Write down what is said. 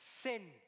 sin